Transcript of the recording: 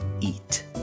Eat